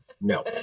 No